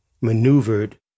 maneuvered